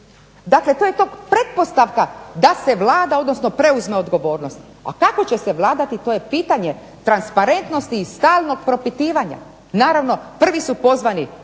Dakle, to je ta pretpostavka da se vlada odnosno preuzme odgovornost, a kako će se vladati to je pitanje transparentnosti i stalnog propitivanja. Naravno, prvi su pozvani